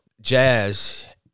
jazz